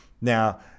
Now